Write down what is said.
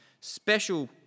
special